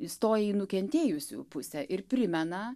įstoję į nukentėjusiųjų pusę ir primena